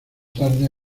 tarde